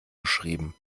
geschrieben